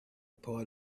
part